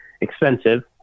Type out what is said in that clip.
expensive